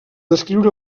descriure